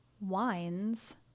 wines